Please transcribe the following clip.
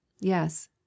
Yes